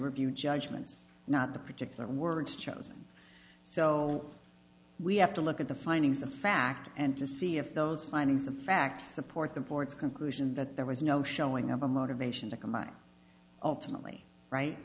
review judgements not the particular words chosen so we have to look at the findings of fact and to see if those findings of fact support them for its conclusion that there was no showing of a motivation to come out of time only right